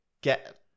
get